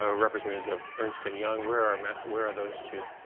ah representatives of ernst and young. where um where are those two?